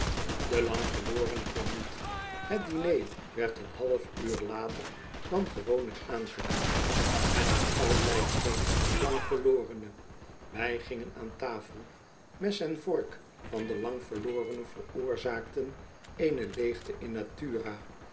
lang verlorene kwam niet het diner werd een half uur later dan gewoonlijk aangediend en nog altijd geen lang verlorene wij gingen aan tafel mes en vork van den lang verlorene veroorzaakten eene leegte in natura